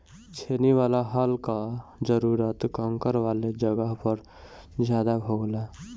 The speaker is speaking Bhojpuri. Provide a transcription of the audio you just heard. छेनी वाला हल कअ जरूरत कंकड़ वाले जगह पर ज्यादा होला